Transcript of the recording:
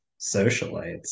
socialites